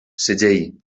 segell